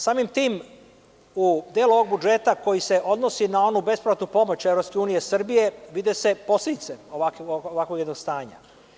Samim tim, u delu ovog budžeta koji se odnosi na onu besplatnu pomoć EU Srbiji vide se posledice ovakvog jednog stanja.